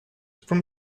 from